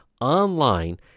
online